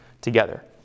together